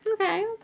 Okay